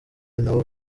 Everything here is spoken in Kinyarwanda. n’abo